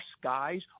skies